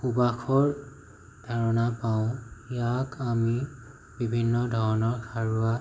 সুবাসৰ প্ৰেৰণা পাওঁ ইয়াক আৰু বিভিন্ন ধৰণৰ সাৰুৱা